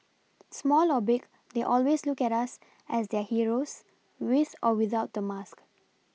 small or big they always look at us as their heroes with or without the mask